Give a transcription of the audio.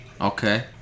Okay